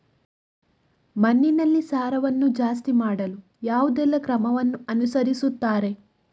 ಮಣ್ಣಿನಲ್ಲಿ ಸಾರವನ್ನು ಜಾಸ್ತಿ ಮಾಡಲು ಯಾವುದೆಲ್ಲ ಕ್ರಮವನ್ನು ಅನುಸರಿಸುತ್ತಾರೆ